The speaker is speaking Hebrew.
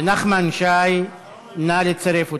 ונחמן שי, "נא לצרף אותי".